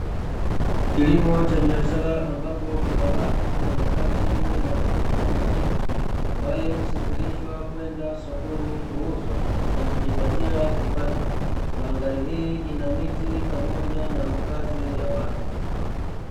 Kilimo cha biashara, ambapo kuna watu wamekaa chini na kuvuna mahindi ambayo husafirishwa kwenda sokoni kuuzwa na kujipatia kipato. Mandhari hii ina miti pamoja na makazi ya watu.